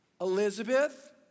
Elizabeth